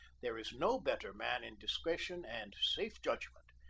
there is no better man in discretion and safe judgment.